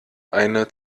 eine